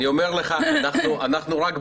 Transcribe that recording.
אני אומר לך שאנחנו בעד.